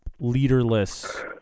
leaderless